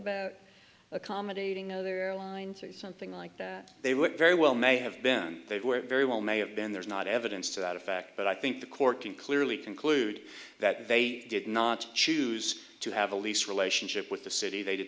about accommodating know their line to something like that they would very well may have been very well may have been there's not evidence to that effect but i think the court can clearly conclude that they did not choose to have a lease relationship with the city they did